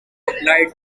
applied